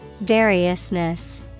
Variousness